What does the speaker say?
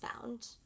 found